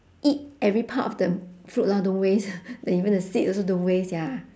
eat every part of the fruit lor don't waste then even the seed also don't waste ya